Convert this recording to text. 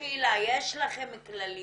השאלה היא האם יש לכם כללים,